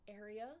area